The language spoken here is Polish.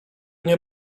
nie